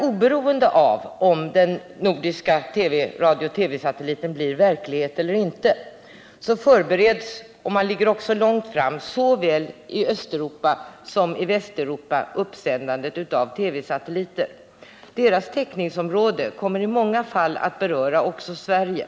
Oberoende av om den nordiska radiooch TV-satelliten blir verklighet, förbereds — och man ligger långt framme —- såväl i Östeuropa som i Västeuropa uppsändandet av TV-satelliter. Deras täckningsområde kommer i många fall att beröra också Sverige.